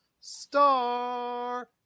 star